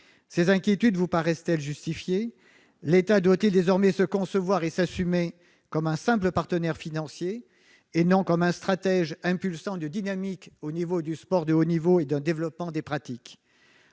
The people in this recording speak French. Ces inquiétudes vous paraissent-elles justifiées ? L'État doit-il désormais se concevoir et s'assumer comme un simple partenaire financier, et non comme un stratège impulsant une dynamique pour le sport de haut niveau et le développement des pratiques ?